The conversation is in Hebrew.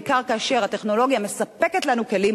בעיקר כאשר הטכנולוגיה מספקת לנו כלים,